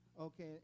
Okay